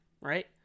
right